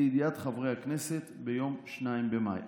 לידיעת חברי הכנסת ביום 2 במאי.